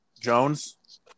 Jones